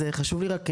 אז חשוב לי ככה,